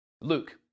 Luke